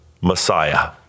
Messiah